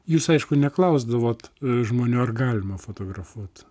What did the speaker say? jūs aišku neklausdavot žmonių ar galima fotografuot